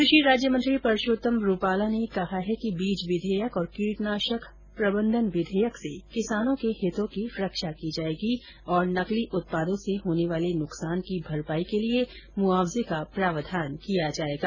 कृषि राज्य मंत्री परषोत्तम रुपाला ने कहा है कि बीज विधेयक और कीटनाशक प्रबंधन विधेयक से किसानों के हितों की रक्षा की जायेगी तथा नकली उत्पादों से होने वाले नुकसान की भरपाई के लिए मुआवजे का प्रावधान किया जायेगा